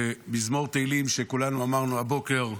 במזמור תהילים שכולנו אמרנו הבוקר: